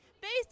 Based